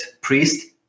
Priest